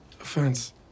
offense